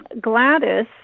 Gladys